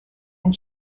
and